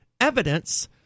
evidence